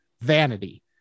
vanity